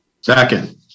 second